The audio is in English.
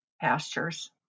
pastures